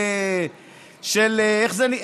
איך זה?